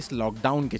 lockdown